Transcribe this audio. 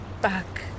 back